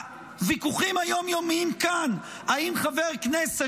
הוויכוחים היום-יומיים כאן אם חבר כנסת